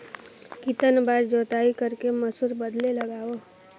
कितन बार जोताई कर के मसूर बदले लगाबो?